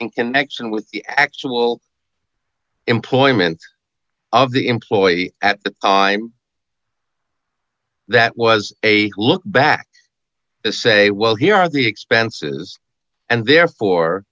in connection with the actual employment of the employee at the time that was a look back and say well here are the expenses and therefore